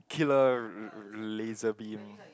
killer laser beam